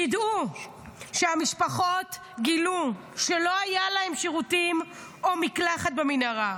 ידעו שהמשפחה גילתה שלא היה להם שירותים או מקלחת במנהרה.